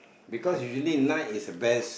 because usually night is best